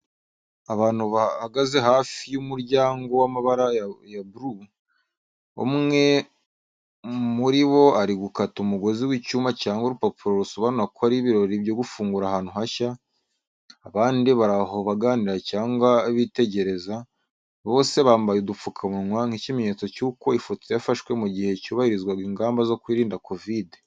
Abantu bahagaze hafi y’umuryango w’amabara ya bleu, umwe muri bo ari gukata umugozi w’icyuma cyangwa urupapuro rusobanura ko ari ibirori byo gufungura ahantu hashya. Abandi bari aho baganira cyangwa bitegereza, bose bambaye udupfukamunwa nk’ikimenyetso cy’uko ifoto yafashwe mu gihe cyubahirizwaga ingamba zo kwirinda kovide.